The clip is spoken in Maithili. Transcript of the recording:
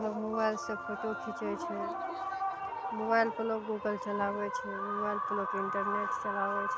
लोग मोबाइलसँ फोटो खीचय छै मोबाइलपर लोग गूगल चलाबय छै मोबाइलपर लोक इंटरनेट चलाबय छै